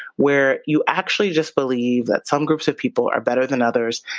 where you actually just believe that some groups of people are better than others,